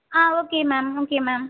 ah okay ma'am okay ma'am